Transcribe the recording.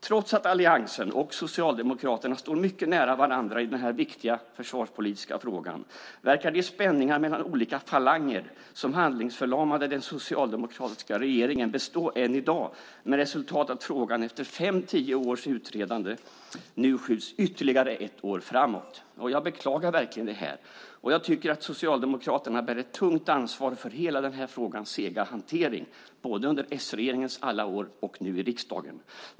Trots att alliansen och Socialdemokraterna står mycket nära varandra i den här viktiga försvarspolitiska frågan, verkar de spänningar mellan olika falanger som handlingsförlamade den socialdemokratiska regeringen bestå än i dag med resultat att frågan efter fem-tio års utredande nu skjuts ytterligare ett år framåt. Jag beklagar verkligen detta. Jag tycker att Socialdemokraterna bär ett tungt ansvar för hela den här frågans sega hantering både under s-regeringens alla år och nu i riksdagen.